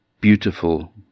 beautiful